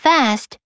fast